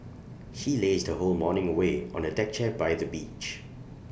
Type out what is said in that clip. she lazed whole morning away on A deck chair by the beach